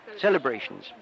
Celebrations